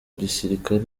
gisirikare